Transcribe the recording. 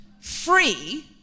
free